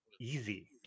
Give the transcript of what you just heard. easy